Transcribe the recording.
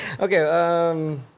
Okay